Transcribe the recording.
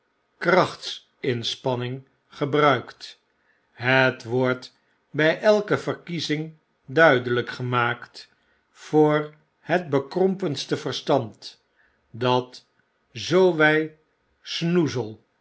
krachtinspanning gebruikt het wordt b elke verkiezing duidelgk gemaakt voor het bekrompenste verstand dat zoo wy snozzle